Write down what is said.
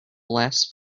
last